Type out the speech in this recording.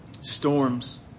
Storms